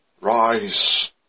rise